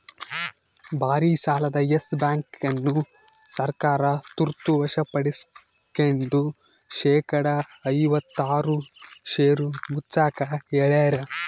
ಭಾರಿಸಾಲದ Yes Bank ಅನ್ನು ಸರ್ಕಾರ ತುರ್ತ ವಶಪಡಿಸ್ಕೆಂಡು ಶೇಕಡಾ ಐವತ್ತಾರು ಷೇರು ಮುಚ್ಚಾಕ ಹೇಳ್ಯಾರ